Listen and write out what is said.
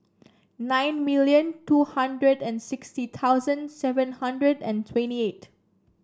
nine million two hundred and sixty thousand seven hundred and twenty eight